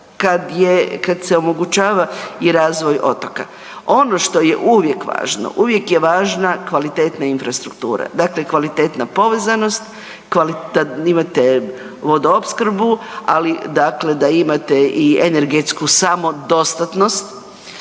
kad se i omogućava i razvoj otoka. Ono što je uvijek važno, uvijek je važna kvalitetna infrastruktura. Dakle, kvalitetna povezanost, da imate vodoopskrbu ali dakle da imate i energetsku samodostatnost.